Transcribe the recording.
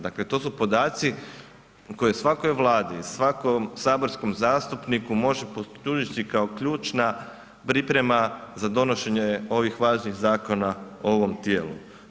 Dakle, to su podaci koje svakoj vladi i svakom saborskom zastupniku može poslužiti kao ključna priprema za donošenje ovih važnih zakona u ovom tijelu.